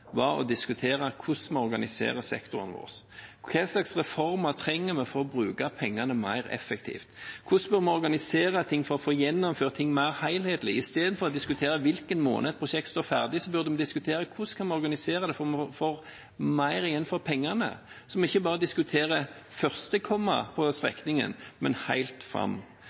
var å diskutere hvordan vi organiserer sektoren vår, hva slags reformer vi trenger for å bruke pengene mer effektivt, og hvordan vi bør organisere ting for å få gjennomført ting mer helhetlig. Istedenfor å diskutere hvilken måned et prosjekt står ferdig, burde vi diskutere hvordan vi kan organisere det for å få mer igjen for pengene, så vi ikke bare diskuterer første komma på strekningen, men helt fram.